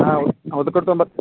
ಹಾಂ ಊದ್ಕಡ್ಡಿ ತೊಂಬತ್ತು